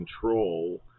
control